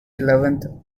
eleventh